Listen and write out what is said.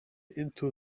into